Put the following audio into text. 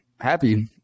happy